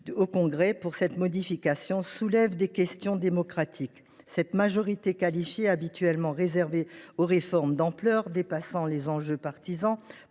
en Congrès, soulève des questions démocratiques. Cette majorité qualifiée, habituellement réservée aux réformes d’ampleur dépassant les enjeux partisans,